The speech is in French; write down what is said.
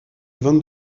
vingt